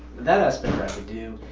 that aspect i could do.